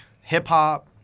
hip-hop